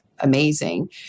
amazing